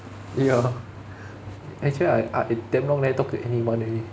ya actually I I damn long never talk to anyone already